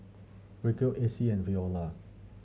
Ryleigh Acy and Veola